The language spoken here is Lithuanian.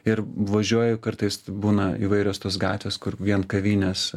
ir važiuoju kartais būna įvairios tos gatvės kur vien kavinės